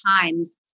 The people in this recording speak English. Times